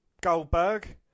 Goldberg